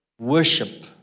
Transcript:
Worship